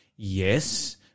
Yes